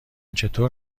چطور